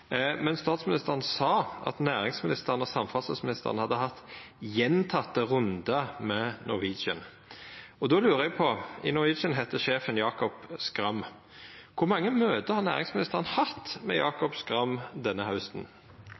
men statsministeren sa at næringsministeren og samferdselsministeren hadde hatt gjentekne rundar med Norwegian. Då lurer eg på: I Norwegian heiter sjefen Jacob Schram. Kor mange møte har næringsministeren hatt med Jakob Schram denne hausten?